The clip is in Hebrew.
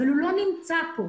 אבל הוא לא נמצא לפנינו.